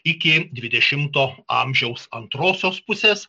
iki dvidešimto amžiaus antrosios pusės